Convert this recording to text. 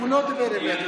אני מחדש את ישיבת הכנסת,